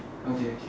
okay okay